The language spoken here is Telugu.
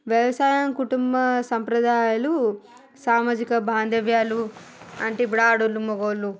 వ్యవసాయ కుటుంబం సంప్రదాయాల సామాజిక బాంధవ్యాలు అంటే ఇప్పుడు ఆడోళ్ళు మొగోళ్ళు